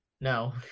No